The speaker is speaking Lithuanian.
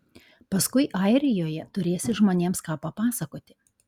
paskui airijoje turėsi žmonėms ką papasakoti